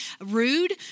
rude